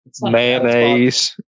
Mayonnaise